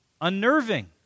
unnerving